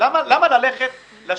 למה ללכת ל-ש.ג.,